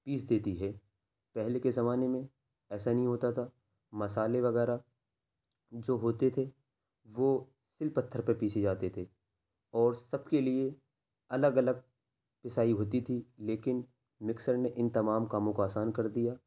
پیس دیتی ہے پہلے کے زمانے میں ایسا نہیں ہوتا تھا مسالے وغیرہ جو ہوتے تھے وہ سل پتھر پر پیسے جاتے تھے اور سب کے لیے الگ الگ پسائی ہوتی تھی لیکن مکسر نے ان تمام کاموں کو آسان کر دیا